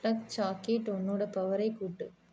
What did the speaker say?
ஃபிளக் socket உன்னோட பவரை கூட்டு